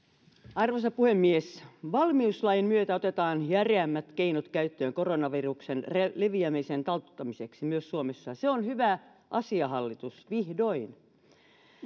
arvoisa puhemies valmiuslain myötä otetaan järeämmät keinot käyttöön koronaviruksen leviämisen taltuttamiseksi myös suomessa se on hyvä asia hallitus vihdoin